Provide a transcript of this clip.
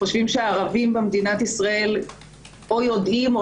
חושבים שהערבים במדינת ישראל יודעים או